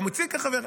הוא גם הוצג כחבר,